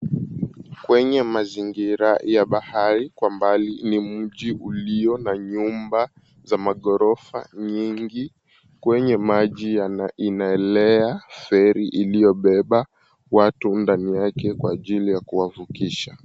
Kwenye mazingira ya bahari, kwa mbali ni mji ulio nyumba za maghorofa nyingi kwenye maji inaelea feri iliyobeba watu ndani yake kwa ajili ya kuwavukisha.